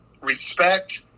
respect